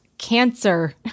Cancer